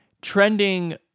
trending